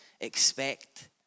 expect